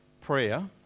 prayer